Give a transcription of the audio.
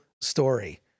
story